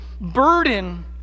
burden